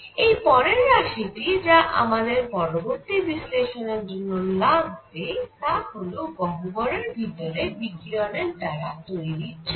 এই পরের রাশি টি যা আমাদের পরবর্তী বিশ্লেষণের জন্য লাগবে তা হল গহ্বরের ভিতরে বিকিরণের দ্বারা তৈরি চাপ